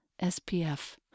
SPF